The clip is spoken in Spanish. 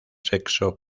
sexo